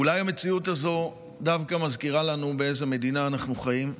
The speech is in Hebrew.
אולי המציאות הזאת דווקא מזכירה לנו באיזו מדינה אנחנו חיים.